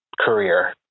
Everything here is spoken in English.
career